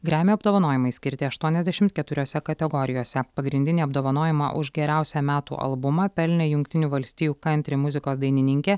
gremi apdovanojimai skirti aštuoniasdešimt keturiose kategorijose pagrindinį apdovanojimą už geriausią metų albumą pelnė jungtinių valstijų kantri muzikos dainininkė